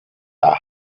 are